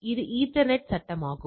இது ஈத்தர்நெட் சட்டமாகும்